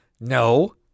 No